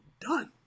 done